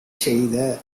செய்த